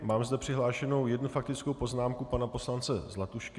Mám zde přihlášenou jednu faktickou poznámku pana poslance Zlatušky.